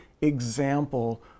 example